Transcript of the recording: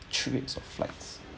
three weeks of flights